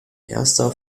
erster